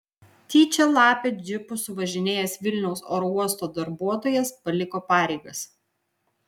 tyčia lapę džipu suvažinėjęs vilniaus oro uosto darbuotojas paliko pareigas